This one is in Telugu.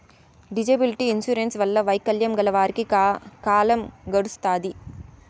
డిజేబిలిటీ ఇన్సూరెన్స్ వల్ల వైకల్యం గల వారికి కాలం గడుత్తాది